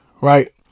right